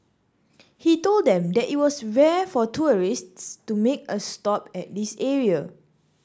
he told them that it was rare for tourists to make a stop at this area